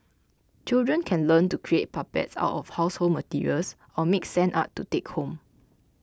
children can learn to create puppets out of household materials or make sand art to take home